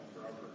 forever